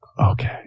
Okay